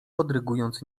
podrygując